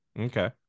Okay